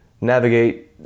navigate